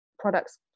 products